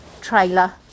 trailer